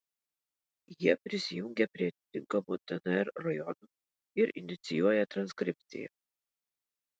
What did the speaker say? jie prisijungia prie atitinkamų dnr rajonų ir inicijuoja transkripciją